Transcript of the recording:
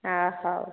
ହଉ